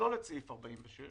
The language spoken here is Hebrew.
לשלול את סעיף 46,